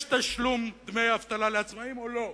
יש תשלום דמי אבטלה לעצמאים או לא?